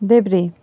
देब्रे